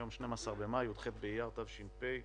היום 12 במאי, י"ח באייר התש"ף.